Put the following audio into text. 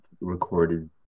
recorded